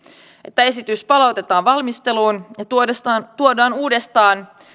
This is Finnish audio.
että esitys palautetaan valmisteluun ja tuodaan uudestaan